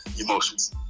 emotions